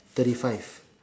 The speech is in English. thirty five